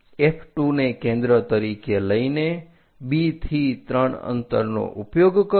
F2 ને કેન્દ્ર તરીકે લઈને B થી 3 અંતરનો ઉપયોગ કરો